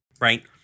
right